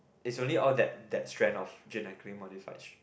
is only all that that strain of genetically modified